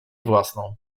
własną